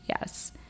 yes